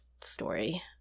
story